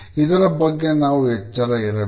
ಇದರ ಬಗ್ಗೆ ನಾವು ಎಚ್ಚರ ಇರಬೇಕು